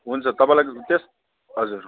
हुन्छ तपाईँलाई त्यस हजुर